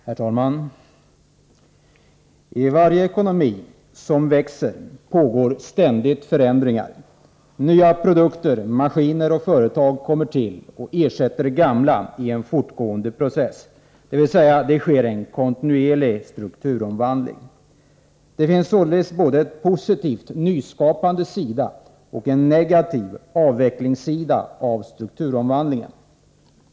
Herr talman! I varje ekonomi som växer pågår ständigt förändringar. Nya produkter, maskiner och företag kommer till och ersätter gamla i en fortgående process, dvs. det sker en kontinuerlig strukturomvandling. Det finns således både en positiv, nyskapande sida och en negativ avvecklingssida avstrukturomvandlingen.